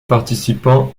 participants